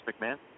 McMahon